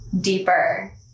deeper